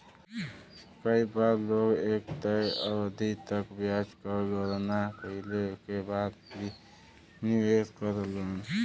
कई बार लोग एक तय अवधि तक ब्याज क गणना कइले के बाद ही निवेश करलन